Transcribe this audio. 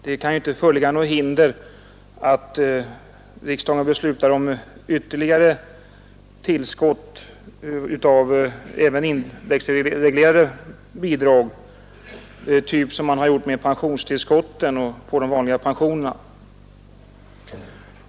Det kan inte föreligga något hinder för riksdagen att besluta om ytterligare tillskott även till indexreglerade bidrag på samma sätt som man gjorde med pensionstillskotten till de vanliga pensionerna.